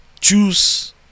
choose